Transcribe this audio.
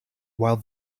while